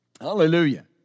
Hallelujah